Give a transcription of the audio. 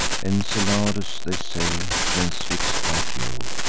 enceladus, they say, transfix'd by jove,